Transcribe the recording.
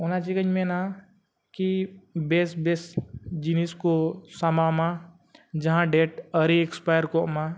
ᱚᱱᱟ ᱪᱤᱠᱟᱹᱧ ᱢᱮᱱᱟ ᱠᱤ ᱵᱮᱥ ᱵᱮᱥ ᱡᱤᱱᱤᱥ ᱠᱚ ᱥᱟᱢᱵᱟᱣᱢᱟ ᱡᱟᱦᱟᱸ ᱰᱮᱴ ᱟᱣᱨᱤ ᱮᱠᱥᱯᱟᱭᱟᱨ ᱠᱚᱜᱢᱟ